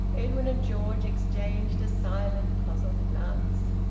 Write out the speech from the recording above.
edwin and george exchanged a silent, puzzled glance.